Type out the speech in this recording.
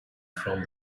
from